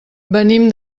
venim